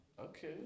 Okay